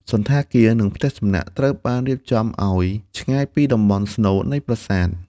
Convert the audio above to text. សណ្ឋាគារ និងផ្ទះសំណាក់ត្រូវបានរៀបចំឱ្យឆ្ងាយពីតំបន់ស្នូលនៃប្រាសាទ។